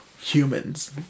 humans